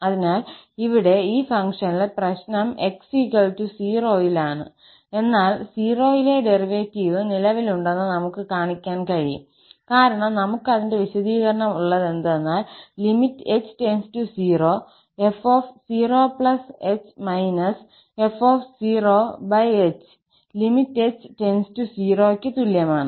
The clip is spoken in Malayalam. അതിനാൽ ഇവിടെ ഈ ഫംഗ്ഷനിൽ പ്രശ്നം x 0 ൽ ആണ് എന്നാൽ 0 ലെ ഡെറിവേറ്റീവും നിലവിലുണ്ടെന്ന് നമുക്ക് കാണിക്കാൻ കഴിയും കാരണം നമുക്ക് അതിന്റെ വിശദീകരണം ഉള്ളത് എന്തെന്നാൽ h0 f0h fh limit h → 0 ക്ക് തുല്യമാണ്